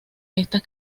estas